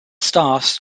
stars